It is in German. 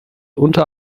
unter